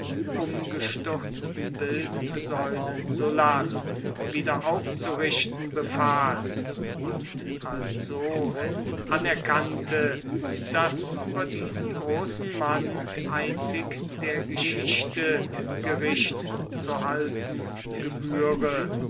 umgestürzten bildsäulen sullas wiederaufzurichten befahl und also es anerkannte daß über diesen großen mann einzig der geschichte gericht zu halten gebühre